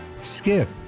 Skip